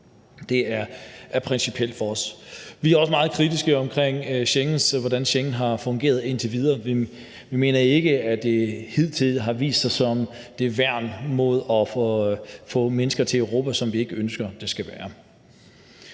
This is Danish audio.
Det er principielt for os. Vi er også meget kritiske over for, hvordan Schengen har fungeret indtil videre, og vi mener ikke, at det hidtil har vist sig som det værn mod at få mennesker til Europa, som vi ikke ønsker skal være